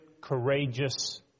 courageous